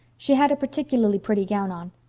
she had a particularly pretty gown on.